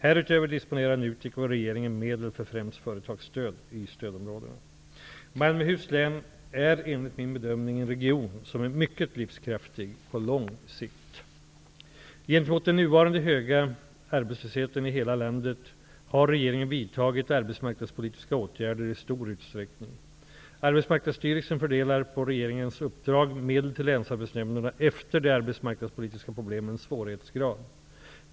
Härutöver disponerar NUTEK och regeringen medel för främst företagsstöd i stödområdena. Malmöhus län är enligt min bedömning en region som är mycket livskraftig på lång sikt. Gentemot den nuvarande höga arbetslösheten i hela landet har regeringen vidtagit arbetsmarknadspolitiska åtgärder i stor utsträckning. Arbetsmarknadsstyrelsen fördelar på regeringens uppdrag medel till länsarbetsnämnderna efter de arbetsmarknadspolitiska problemens svårighetsgrad.